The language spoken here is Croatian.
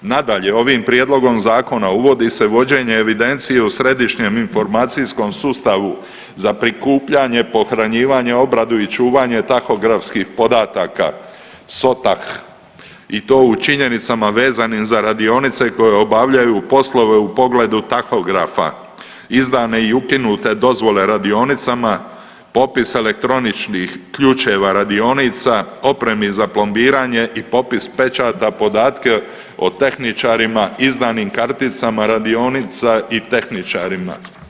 Nadalje, ovim prijedlogom zakona uvodi se vođenje evidencije u središnjem informacijskom sustavu za prikupljanje, pohranjivanje, obradu i čuvanje tahografskih podataka SOTAH i to u činjenicama vezanim za radionice koje obavljaju poslove u pogledu tahografa, izdane i ukinute dozvole radionicama, popis elektroničnih ključeva radionica, opremi za plombiranje i popis pečata, podatke o tehničarima, izdanim karticama radionica i tehničarima.